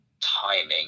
timing